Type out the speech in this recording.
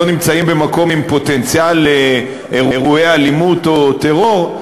נמצאים במקום עם פוטנציאל לאירועי אלימות או טרור?